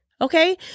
Okay